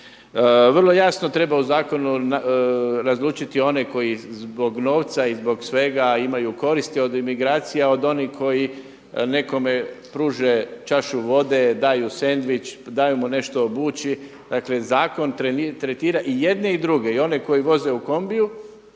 Vrlo jasno treba u zakonu razlučiti one koji zbog novca i zbog svega imaju koristi od emigracija, od onih koji nekome pruže čašu vode, daju sendvič, daju mu nešto obući. Dakle, zakon tretira i jedne i druge i one koji voze u kombiju,